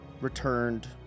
Returned